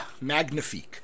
magnifique